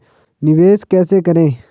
निवेश कैसे करें?